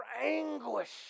anguish